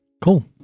Cool